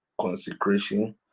Consecration